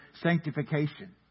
sanctification